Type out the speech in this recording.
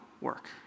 work